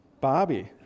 Barbie